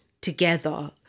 together